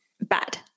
bad